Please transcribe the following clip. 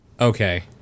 Okay